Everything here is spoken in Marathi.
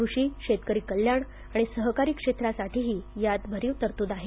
कृषी शेतकरी कल्याण आणि सहकारी क्षेत्रासाठीही यात भरीव तरतूद आहे